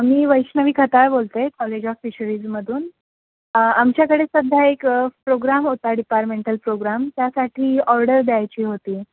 मी वैष्णवी खताळ बोलते आहे college of फिशरीजमधून आमच्याकडे सध्या एक प्रोग्राम होता डिपारमेंटल प्रोग्राम त्यासाठी ऑर्डर द्यायची होती